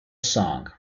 song